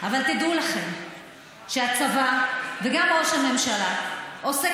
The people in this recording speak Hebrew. אבל תדעו לכם שהצבא וגם ראש הממשלה עושים